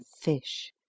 fish